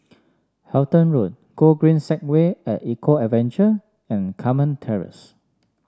Halton Road Gogreen Segway at Eco Adventure and Carmen Terrace